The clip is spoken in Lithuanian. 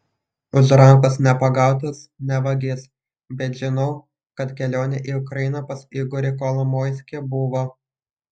už rankos nepagautas ne vagis bet žinau kad kelionė į ukrainą pas igorį kolomoiskį buvo